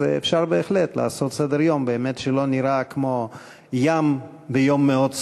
אז אפשר בהחלט לעשות סדר-יום שלא נראה כמו ים ביום מאוד סוער.